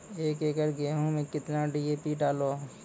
एक एकरऽ गेहूँ मैं कितना डी.ए.पी डालो?